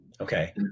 Okay